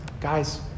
guys